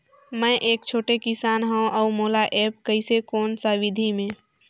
मै एक छोटे किसान हव अउ मोला एप्प कइसे कोन सा विधी मे?